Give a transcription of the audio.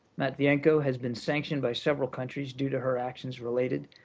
matviyenko has been sanctioned by several countries due to her actions related